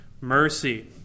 mercy